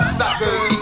suckers